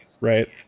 right